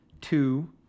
two